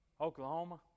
Oklahoma